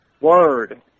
Word